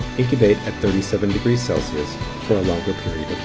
incubate at thirty seven degrees celsius for a longer period